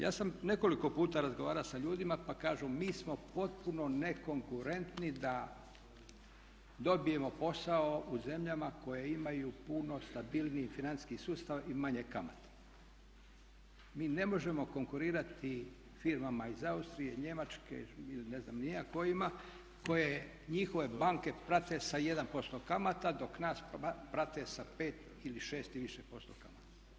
Ja sam nekoliko puta razgovarao sa ljudima pa kažu mi smo potpuno nekonkurentni da dobijemo posao u zemljama koje imaju puno stabilniji financijski sustav i manje kamate, mi ne možemo konkurirati firmama iz Austrije, Njemačke ili ne znam ni ja kojima koje njihove banke prate sa 1% kamata dok nas prate sa 5 ili 6 i više posto kamata.